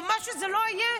או מה שזה לא יהיה,